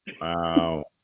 Wow